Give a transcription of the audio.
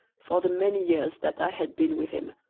for the many years that i had been with him.